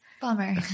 bummer